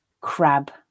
crab